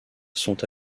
sont